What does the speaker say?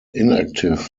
inactive